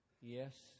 Yes